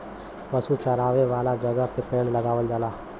पशु चरावे वाला जगह पे पेड़ लगावल जाला